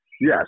Yes